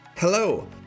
Hello